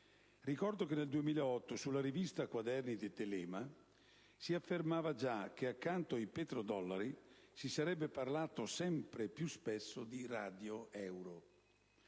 Ricordo che nel 2008, sulla rivista «Quaderni di Telèma», si affermava già che, accanto ai «petro-dollari», si sarebbe parlato sempre più spesso di «radio-euro».